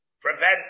prevent